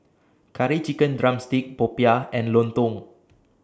Curry Chicken Drumstick Popiah and Lontong